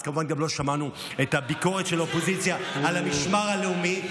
אז כמובן גם לא שמענו את הביקורת של האופוזיציה על המשמר הלאומי.